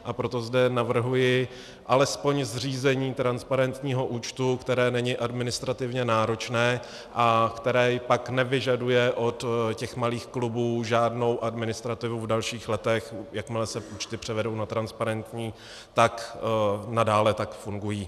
A proto zde navrhuji alespoň zřízení transparentního účtu, které není administrativně náročné a které pak nevyžaduje od těch malých klubů žádnou administrativu v dalších letech, jakmile se účty převedou na transparentní, nadále tak fungují.